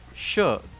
Sure